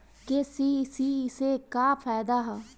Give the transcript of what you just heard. KCC से का फायदा ह?